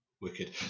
Wicked